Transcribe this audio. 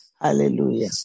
Hallelujah